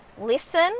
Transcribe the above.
Listen